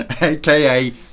Aka